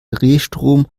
drehstrom